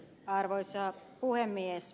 arvoisa puhemies